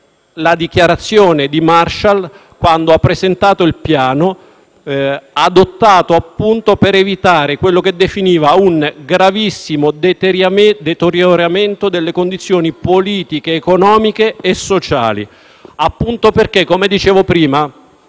la dichiarazione di Marshall quando ha presentato il piano, adottato appunto per evitare quello che definiva «Un gravissimo deterioramento delle condizioni politiche, economiche e sociali», proprio perché - come dicevo prima